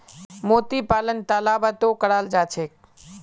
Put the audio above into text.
मोती पालन तालाबतो कराल जा छेक